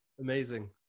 Amazing